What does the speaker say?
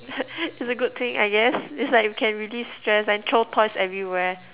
it's a good thing I guess it's like we can relief stress and throw toys everywhere